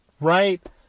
Right